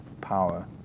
power